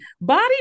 body